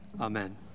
Amen